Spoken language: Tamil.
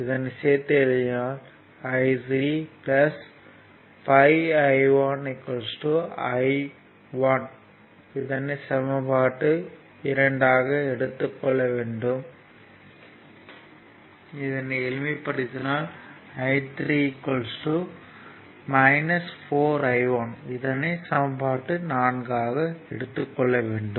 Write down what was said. இதனை சேர்த்து எழுதினால் I3 5 I1 I1 இந்த சமன்பாட்டை எளிமைப்படுத்தினால் I3 4 I1 என கிடைக்கும்